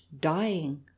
dying